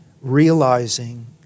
realizing